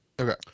okay